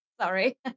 Sorry